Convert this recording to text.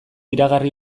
iragarri